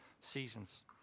seasons